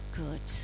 good